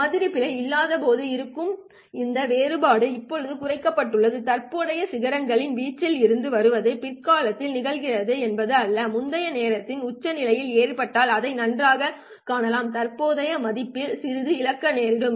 மாதிரி பிழை இல்லாதபோது இருக்கும் இந்த வேறுபாடு இப்போது குறைக்கப்பட்டுள்ளது தற்போதைய சிகரங்கள் வீச்சில் குறைந்து வருவது பிற்காலத்தில் நிகழ்கிறது என்பது அல்ல முந்தைய நேரத்தில் உச்சநிலை ஏற்பட்டால் அதை நன்றாகக் காணலாம் தற்போதைய மதிப்பில் சிறிது இழக்க நேரிடும்